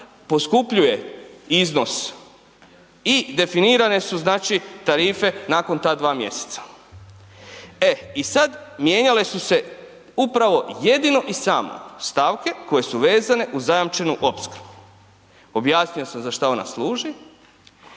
poskupljuje iznos i definirane su znači tarife nakon ta 2 mjeseca. E i sad mijenjale su se upravo, jedino i samo stavke koje su vezane uz zajamčenu opskrbu. Objasnio sam za šta ona služi.